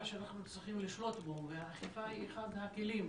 שאנחנו צריכים לשלוט בו והאכיפה היא אחד הכלים לזה,